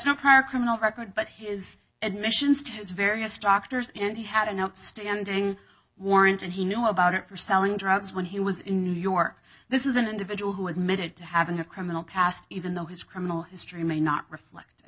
prior criminal record but his admissions to his various doctors and he had an outstanding warrant and he knew about it for selling drugs when he was in new york this is an individual who admitted to having a criminal past even though his criminal history may not reflect